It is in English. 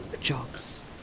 jobs